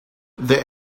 the